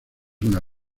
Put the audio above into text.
una